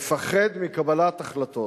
מפחד מקבלת החלטות.